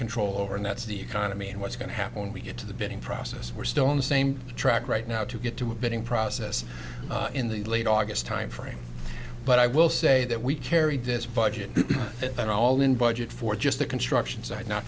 control over and that's the economy and what's going to happen when we get to the bidding process we're still on the same track right now to get to a bidding process in the late august timeframe but i will say that we carried this budget and all in budget for just the construction site not